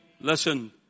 Listen